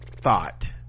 thought